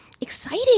exciting